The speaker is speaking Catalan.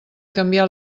canviar